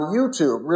YouTube